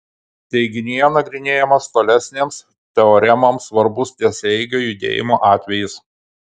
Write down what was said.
teiginyje nagrinėjamas tolesnėms teoremoms svarbus tiesiaeigio judėjimo atvejis